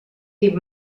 dir